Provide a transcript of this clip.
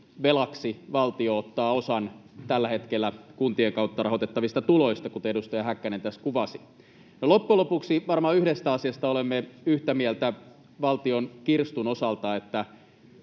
velaksi valtio ottaa osan tällä hetkellä kuntien kautta rahoitettavista tuloista, kuten edustaja Häkkänen tässä kuvasi. Loppujen lopuksi varmaan yhdestä asiasta olemme yhtä mieltä valtion kirstun osalta: